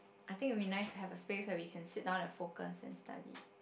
I think it would be nice to have a space where we can sit down and focus and study